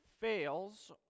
fails